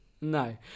No